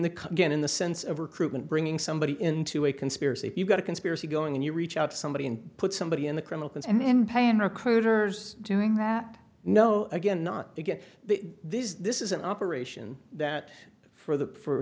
get in the sense of recruitment bringing somebody into a conspiracy if you've got a conspiracy going and you reach out to somebody and put somebody in the criminal and then paying recruiters doing that no again not to get this this is an operation that for the for